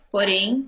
Porém